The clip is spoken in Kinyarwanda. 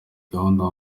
gahunda